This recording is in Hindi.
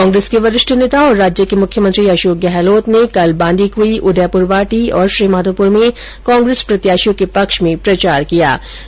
कांग्रेस के वरिष्ठ नेता और राज्य के मुख्यमंत्री अशोक गहलोत ने कल बांदीकुई उदयपुरवाटी और श्रीमाधोपुर में कांग्रेस प्रत्याशियों के पक्ष में चुनावी सभाएं कीं